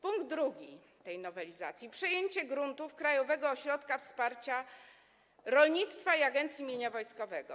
Punkt drugi tej nowelizacji, przejęcie gruntów Krajowego Ośrodka Wsparcia Rolnictwa i Agencji Mienia Wojskowego.